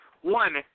one